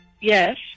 Yes